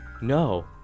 No